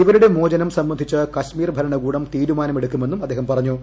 ഇവരുടെ മോചനം സംബന്ധിച്ച് കശ്മീർ ഭരണകൂടം തീരുമാനമെടുക്കുമെന്നും അദ്ദേഹം പറഞ്ഞു